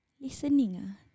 listening